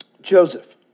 Joseph